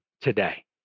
today